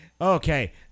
Okay